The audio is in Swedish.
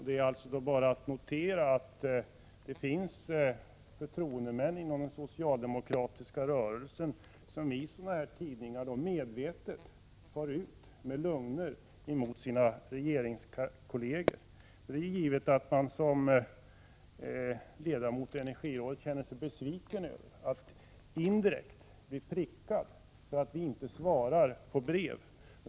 Det är då bara att notera att det finns förtroendemän inom den socialdemokratiska rörelsen som i tidningar medvetet far ut med lögner mot sina regeringsledamöter. Det är givet att man som ledamot i energirådet känner sig besviken över att indirekt bli prickad för att vi inte svarar på brev.